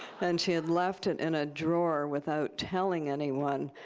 and she had left it in a drawer without telling anyone,